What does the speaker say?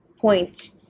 point